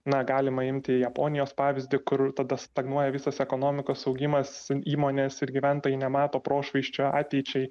na galima imti japonijos pavyzdį kur tada stagnuoja visas ekonomikos augimas įmonės ir gyventojai nemato prošvaisčių ateičiai